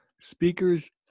Speakers